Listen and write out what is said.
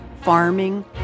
farming